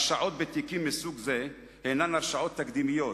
הרשעות בתיקים מסוג זה הן הרשעות תקדימיות,